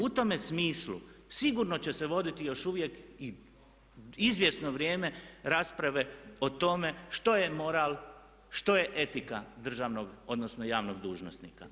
U tome smislu sigurno će se voditi još uvijek i izvjesno vrijeme rasprave o tome što je moral, što je etika državnog odnosno javnog dužnosnika.